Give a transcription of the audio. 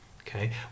okay